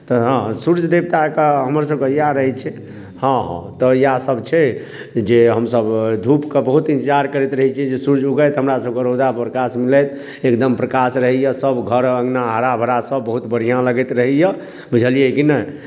तऽ हँ सूर्य देवताके हमरसभके इएह रहै छै हँ तऽ इएहसभ छै जे हमसभ धूपके बहुत इंतजार करैत रहै छियै जे सूर्य उगथि हमरासभके रौदा प्रकाश मिलत एकदम प्रकाश रहैए सभ घर अङ्गना हर भरा सभ बहुत बढ़िआँ लगैत रहैए बुझलियै की नहि